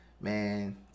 Man